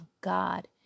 God